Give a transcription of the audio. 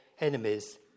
enemies